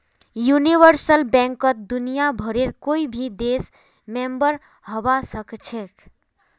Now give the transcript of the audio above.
universal बैंकत दुनियाभरेर कोई भी देश मेंबर हबा सखछेख